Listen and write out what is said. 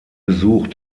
besuch